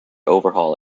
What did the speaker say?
overhaul